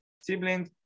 Siblings